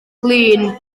glin